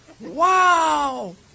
Wow